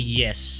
yes